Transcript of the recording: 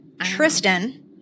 Tristan